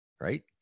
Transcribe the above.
right